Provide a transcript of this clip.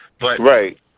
Right